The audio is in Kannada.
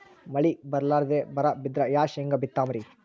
ಮಳಿ ಬರ್ಲಾದೆ ಬರಾ ಬಿದ್ರ ಯಾ ಶೇಂಗಾ ಬಿತ್ತಮ್ರೀ?